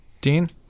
Dean